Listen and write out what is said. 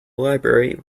library